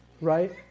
right